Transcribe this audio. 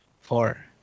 Four